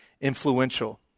influential